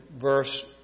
verse